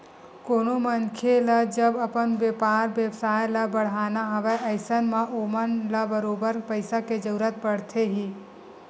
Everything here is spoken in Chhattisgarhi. कोनो मनखे ल जब अपन बेपार बेवसाय ल बड़हाना हवय अइसन म ओमन ल बरोबर पइसा के जरुरत पड़थे ही